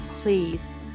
please